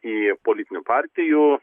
į politinių partijų